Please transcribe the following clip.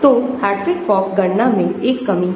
तो Hartree Fock गणना में एक कमी है